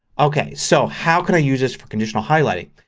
okay, so how can i use this for conditional highlighting.